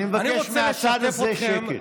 אני מבקש מהצד הזה שקט.